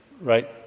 right